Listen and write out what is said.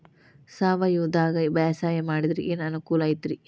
ಸಾವಯವದಾಗಾ ಬ್ಯಾಸಾಯಾ ಮಾಡಿದ್ರ ಏನ್ ಅನುಕೂಲ ಐತ್ರೇ?